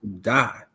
die